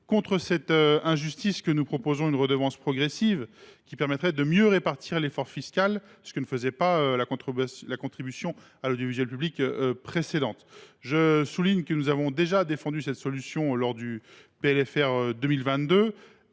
contre cette injustice que nous proposons une redevance progressive, qui permettrait de mieux répartir l’effort fiscal, ce que ne permettait pas la contribution à l’audiovisuel public précédente. Je souligne que nous avons déjà défendu cette solution lors de l’examen